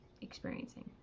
experiencing